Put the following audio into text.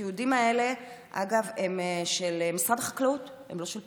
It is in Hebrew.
תיעודים של משרד החקלאות ולא של פעילים,